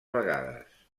vegades